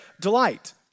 delight